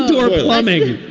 indoor plumbing